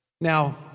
Now